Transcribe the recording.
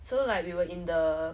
so like we were in the